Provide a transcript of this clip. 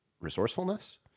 resourcefulness